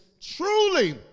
truly